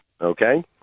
Okay